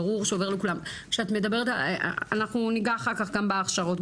אנחנו ניגע אחר כך גם בהכשרות.